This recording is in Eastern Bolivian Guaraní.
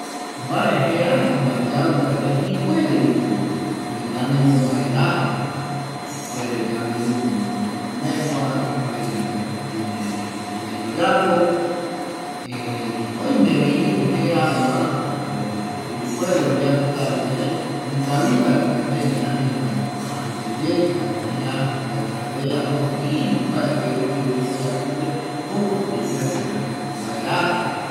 Mbae jeajƚva yauyae ipuereviko yande mombaerajƚ ipuere yanderuguƚ guƚrokomeguä, ipuere yande pire kirai oyapo, erei oimevi iru jeaveva jare ipuere oyeapo kaviyae ikavitavi yande erei anitaviko oajaeteye ñamojeajƚ mbae yande amoguë gueruye iru mbae gueruye omboyea pƚpe jokuako ipuere yande mombaerajƚvi